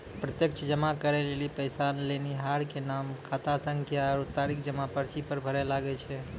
प्रत्यक्ष जमा करै लेली पैसा लेनिहार के नाम, खातासंख्या आरु तारीख जमा पर्ची पर भरै लागै छै